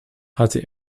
hatte